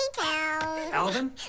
Alvin